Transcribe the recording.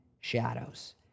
shadows